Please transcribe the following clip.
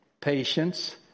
patience